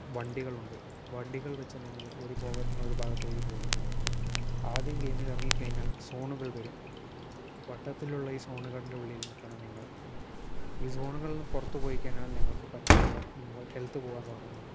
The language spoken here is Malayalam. വണ്ടികളുണ്ട് വണ്ടികൾ വെച്ച് ഞങ്ങൾ ഒരു ഭാഗത്തു നിന്ന് ഒരു ഭാഗത്തേയ്ക്ക് പോകുന്നു ആദ്യം ഗെയിമിൽ എറങ്ങിക്കഴിഞ്ഞാൽ സോണുകൾ വരും വട്ടത്തിലുള്ള ഈ സോണുകളിന്റെ ഉള്ളിൽ നിൽക്കണം ഞങ്ങൾ ഈ സോണുകളെന്ന് പുറത്തു പോയി കഴിഞ്ഞാൽ ഞങ്ങൾക്ക് പറ്റുക ഹെൽത്ത് പോകാൻ തുടങ്ങുന്നു